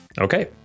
Okay